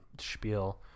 spiel